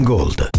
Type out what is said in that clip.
Gold